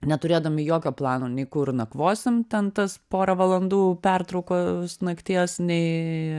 neturėdami jokio plano nei kur nakvosim ten tas porą valandų pertraukos nakties nei